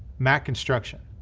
mac construction.